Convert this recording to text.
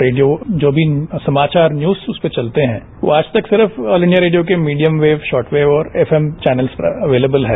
radio जो भी समाचार न्यूज उस पर चलते हैं वो आज तक सिर्फ ऑल इंडिया रेडियो के मीडियम वेब शॉर्ट वेब और एफएम चौनल पर अवेलेबल है